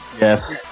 Yes